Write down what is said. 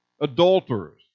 adulterers